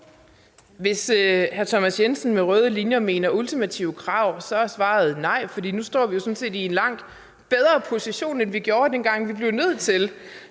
Hvis hr. Thomas Jensen med røde linjer mener ultimative krav, er svaret nej, for nu står vi sådan set i en langt bedre position, end vi gjorde, dengang vi blev nødt til